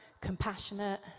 Compassionate